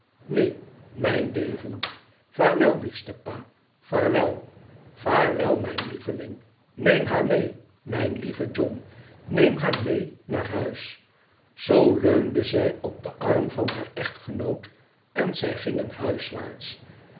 neen mijn leven vaarwel liefste pa vaarwel vaarwel mijn lieveling neem haar mee mijn lieve john neem haar mee naar huis zoo leunde zij op den arm van haar echtgenoot en zij gingen